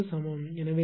எனவே இது 50